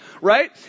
Right